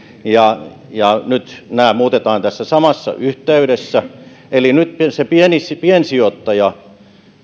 ja ja nyt nämä muutetaan tässä samassa yhteydessä eli nyt se piensijoittaja